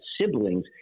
siblings